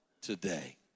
today